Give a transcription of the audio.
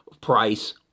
price